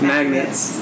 Magnets